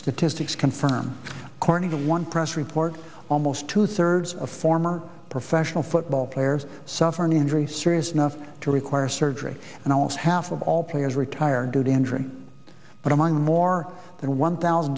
statistics confirm according to one press report almost two thirds of former professional football players suffer an injury serious enough to require surgery almost half of all players retire due to injury but among more than one thousand